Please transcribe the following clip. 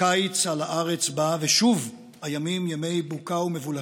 קיץ על הארץ בא ושוב הימים ימי בוקה ומבולקה,